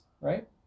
right